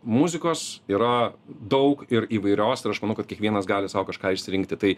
muzikos yra daug ir įvairios ir aš manau kad kiekvienas gali sau kažką išsirinkti tai